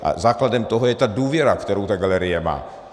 A základem toho je ta důvěra, kterou ta galerie má.